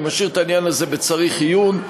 אני משאיר את העניין הזה בצריך עיון,